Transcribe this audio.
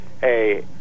Hey